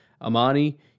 Amani